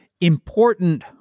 important